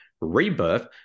Rebirth